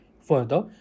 Further